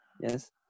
yes